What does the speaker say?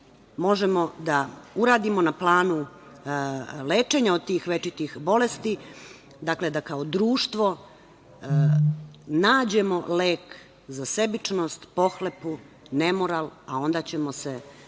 možemo da uradimo na planu lečenja od tih večitih bolesti. Dakle, da kao društvo nađemo lek za sebičnost, pohlepu, nemoral, a onda ćemo se samim tim